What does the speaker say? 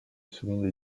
seconde